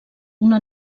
una